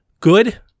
good